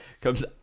comes